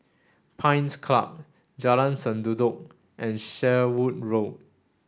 Pines Club Jalan Sendudok and Sherwood Road